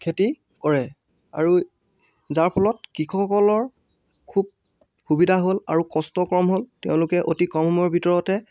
খেতি কৰে আৰু যাৰ ফলত কৃষকসকলৰ খুউব সুবিধা হ'ল আৰু কষ্ট কম হ'ল তেওঁলোকে অতি কম সময়ৰ ভিতৰতে